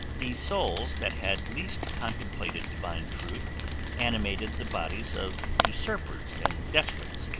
the souls that had least contemplated divine truth animated the bodies of usurpers and despots.